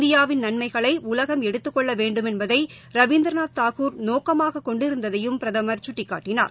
இந்தியாவின் நன்மைகளைஉலகம் எடுத்துக் கொள்ளவேண்டுமென்பதைரவீந்திரநாத் தாகூர் நோக்கமாகக் கொண்டிருந்ததையும் பிரதமர் சுட்டிக்காட்டினார்